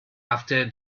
after